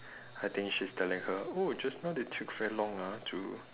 I think she's telling her oh just now they took very long ah to